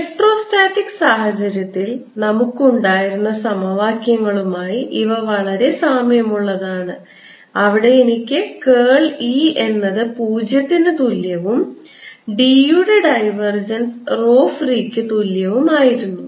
electrostatic സാഹചര്യത്തിൽ നമുക്ക് ഉണ്ടായിരുന്ന സമവാക്യങ്ങളുമായി ഇവ വളരെ സാമ്യമുള്ളതാണ് അവിടെ എനിക്ക് കേൾ E എന്നത് പൂജ്യത്തിന് തുല്യവും D യുടെ ഡൈവർജൻസ് rho free ക്ക് തുല്യവും ആയിരുന്നു